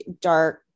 dark